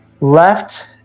left